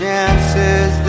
chances